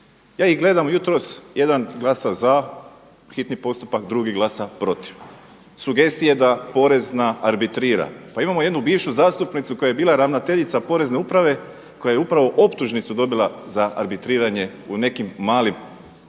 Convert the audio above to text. Ja ih gledam jutros. Jedan glasa za hitni postupak. Drugi glasa protiv. Sugestija da porez ne arbitrira, pa imamo jednu bivšu zastupnicu koja je bila ravnateljica Porezne uprave koja je upravo optužnicu dobila za arbitriranje u nekim malim slučajevima,